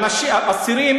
האסירים